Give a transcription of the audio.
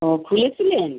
ও খুলেছিলেন